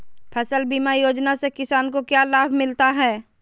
फसल बीमा योजना से किसान को क्या लाभ मिलता है?